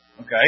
okay